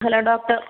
hello doctor